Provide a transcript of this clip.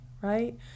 right